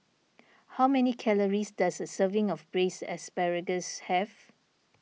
how many calories does a serving of Braised Asparagus have